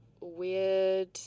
weird